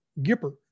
Gipper